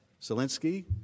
Zelensky